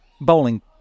bowling